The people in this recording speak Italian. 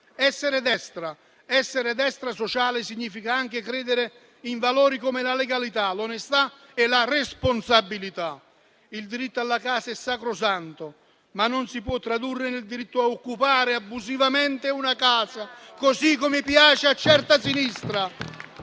essere destra sociale significa anche credere in valori come la legalità, l'onestà e la responsabilità. Il diritto alla casa è sacrosanto, ma non si può tradurre nel diritto a occupare abusivamente una casa, così come piace a certa sinistra,